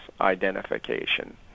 identification